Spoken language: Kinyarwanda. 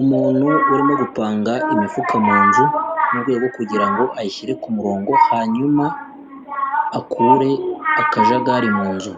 Umuntu urimo gupanga imifuka mu nzu murwego kugirango ayishyire kumurongo hanyuma akure akajagari mu nzu.